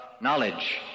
knowledge